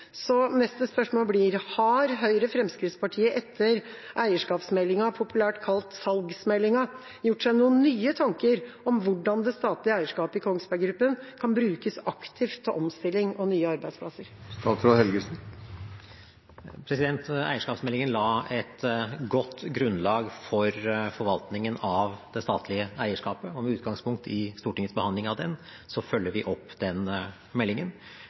så neste spørsmål blir: Har Høyre–Fremskrittsparti-regjeringa etter eierskapsmeldinga, populært kalt salgsmeldinga, gjort seg noen nye tanker om hvordan det statlige eierskapet i Kongsberg Gruppen kan brukes aktivt til omstilling og nye arbeidsplasser? Eierskapsmeldingen la et godt grunnlag for forvaltningen av det statlige eierskapet, og med utgangspunkt i Stortingets behandling av den, følger vi opp den meldingen